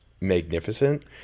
magnificent